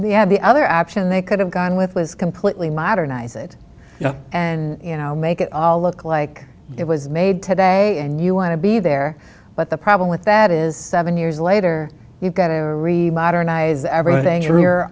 have the other option they could have gone with was completely modernize it and you know make it all look like it was made today and you want to be there but the problem with that is seven years later you've got to remode